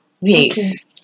Yes